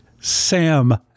Sam